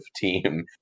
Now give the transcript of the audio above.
team